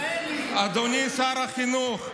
מיכאלי, אדוני שר החינוך,